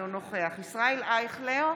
אינו נוכח ישראל אייכלר,